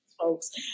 folks